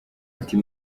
ati